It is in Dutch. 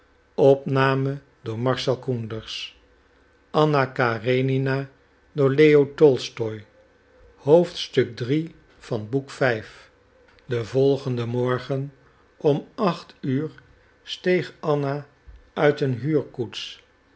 den volgenden morgen om acht uur steeg anna uit een